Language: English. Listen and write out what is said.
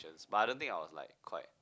but I don't think I was like quite